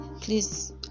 Please